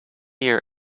year